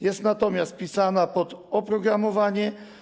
Jest to natomiast pisane pod oprogramowanie.